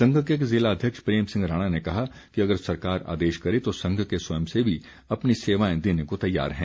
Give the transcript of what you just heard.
संघ के जिला अध्यक्ष प्रेम सिंह राणा ने कहा कि अगर सरकार आदेश करे तो संघ के स्वयंसेवी अपनी सेवाएं देने को तैयार हैं